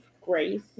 grace